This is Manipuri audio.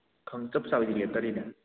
ꯆꯞ ꯆꯥꯕꯗꯤ ꯂꯦꯞꯇ꯭ꯔꯤꯅꯦ